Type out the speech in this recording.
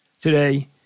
today